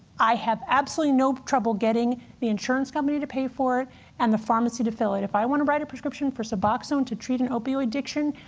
i have absolutely no trouble getting the insurance company to pay for it and the pharmacy to fill it. if i want to write a prescription for suboxone to treat an opioid addiction,